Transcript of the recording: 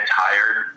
tired